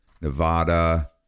Nevada